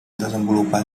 desenvolupar